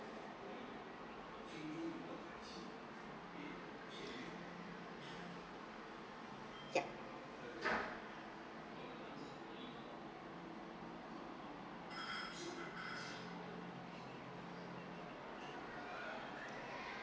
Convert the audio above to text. yup